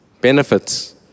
benefits